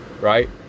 right